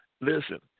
Listen